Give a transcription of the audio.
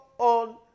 On